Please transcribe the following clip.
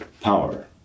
power